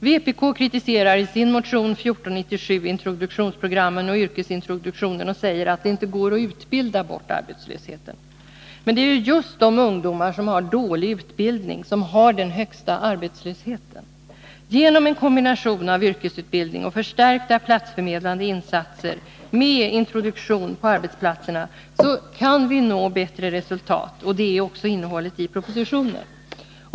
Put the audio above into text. Vpk kritiserar i sin motion 1497 introduktionsprogrammen och yrkesintroduktionen och säger att det inte går att utbilda bort arbetslösheten. Men det är ju just de ungdomar som har dålig utbildning som har den högsta arbetslösheten. Genom en kombination av yrkesutbildning och förstärkta platsförmedlande insatser med introduktion på arbetsplatserna kan vi nå bättre resultat, och det är också innehållet i propositionen.